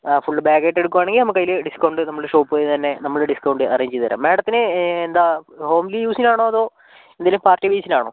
ആ full bag ആയിട്ട് എടുക്കുവാണെങ്കിൽ നമുക്ക് അതിൽ ഡിസ്കൗണ്ട് നമ്മൾ ഷോപ്പിൽ നിന്നുതന്നെ നമ്മൾ ഡിസ്കൗണ്ട് അറേഞ്ച് ചെയ്തുതരാം മാഡത്തിന് എന്താണ് ഹോംലി യൂസിനാണോ അതോ എന്തെങ്കിലും പാർട്ടി ബേസിനാണോ